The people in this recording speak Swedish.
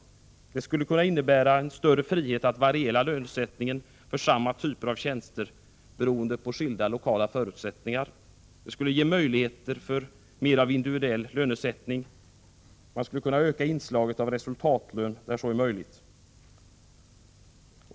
Detta skulle kunna innebära en större frihet att variera lönesättningen för samma typer av tjänster — beroende på skilda lokala förutsättningar. Det skulle ge möjlighet till mer av individuell lönesättning. Man skulle kunna öka inslaget av resultatlön när så är möjligt.